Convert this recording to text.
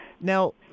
Now